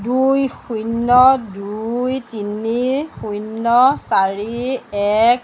দুই শূন্য দুই তিনি শূন্য চাৰি এক